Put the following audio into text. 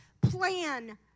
plan